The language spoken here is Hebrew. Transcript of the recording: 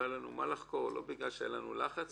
היה לנו מה לחקור ולא בגלל שהיה לנו לחץ,